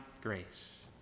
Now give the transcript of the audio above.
grace